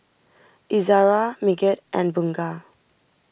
Izzara Megat and Bunga